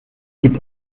gibt